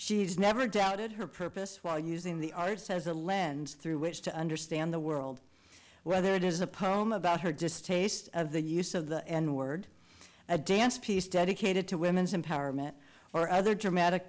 she's never doubted her purpose while using the arts as a lens through which to understand the world whether it is a poem about her distaste of the use of the n word a dance piece dedicated to women's empowerment or other dramatic